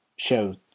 show